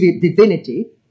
divinity